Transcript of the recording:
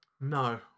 No